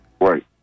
Right